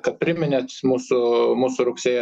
kad priminė mūsų mūsų rugsėjį